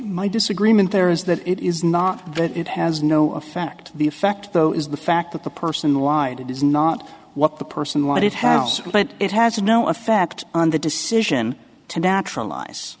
my disagreement there is that it is not that it has no effect the effect though is the fact that the person lied it is not what the person wanted it has but it has no effect on the decision to naturalize